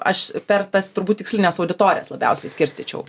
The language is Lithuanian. aš per tas turbūt tikslines auditorijas labiausiai skirstyčiau